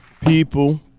People